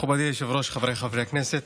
מכובדי היושב-ראש, חבריי חברי הכנסת,